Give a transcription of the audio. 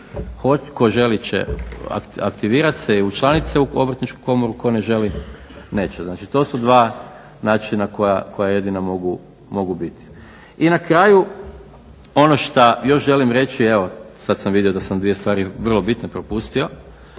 tko želi će aktivirat se i učlaniti se u Obrtničku komoru, tko ne želi neće. Znači, to su dva načina koja jedina mogu biti. I na kraju ono što još želim reći, evo sad sam vidio da sam dvije stvari vrlo bitne propustio,